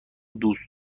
دوست